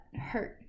hurt